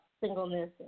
singleness